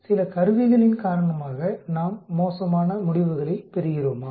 சில கருவிகளின் காரணமாக நாம் மோசமான முடிவுகளைப் பெறுகிறோமா